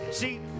See